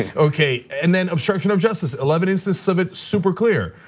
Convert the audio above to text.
ah okay and then obstruction of justice eleven instance of it super clear.